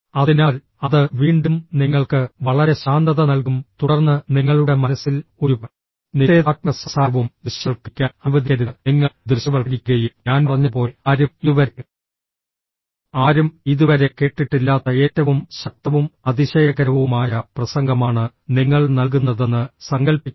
അതിനാൽ അത് വീണ്ടും നിങ്ങൾക്ക് വളരെ ശാന്തത നൽകും തുടർന്ന് നിങ്ങളുടെ മനസ്സിൽ ഒരു നിഷേധാത്മക സംസാരവും ദൃശ്യവൽക്കരിക്കാൻ അനുവദിക്കരുത് നിങ്ങൾ ദൃശ്യവൽക്കരിക്കുകയും ഞാൻ പറഞ്ഞതുപോലെ ആരും ഇതുവരെ ആരും ഇതുവരെ കേട്ടിട്ടില്ലാത്ത ഏറ്റവും ശക്തവും അതിശയകരവുമായ പ്രസംഗമാണ് നിങ്ങൾ നൽകുന്നതെന്ന് സങ്കൽപ്പിക്കുക